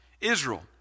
Israel